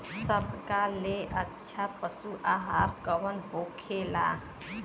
सबका ले अच्छा पशु आहार कवन होखेला?